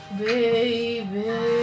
baby